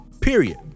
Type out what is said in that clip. Period